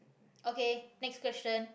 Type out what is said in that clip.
okay next question